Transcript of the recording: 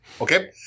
Okay